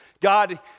God